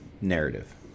narrative